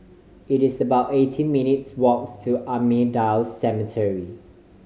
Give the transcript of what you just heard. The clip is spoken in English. it is about eighteen minutes' walks to Ahmadiyya Cemetery